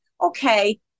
Okay